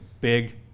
big